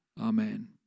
Amen